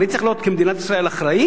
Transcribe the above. אני צריך להיות כמדינת ישראל אחראי?